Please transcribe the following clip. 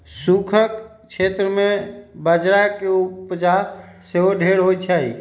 सूखक क्षेत्र में बजरा के उपजा सेहो ढेरेक होइ छइ